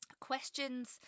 Questions